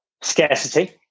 scarcity